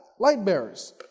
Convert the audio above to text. Lightbearers